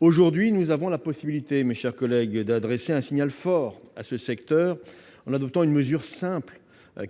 collègues, nous avons la possibilité d'adresser un signal fort aux associations en adoptant une mesure simple,